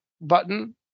button